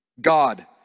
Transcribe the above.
God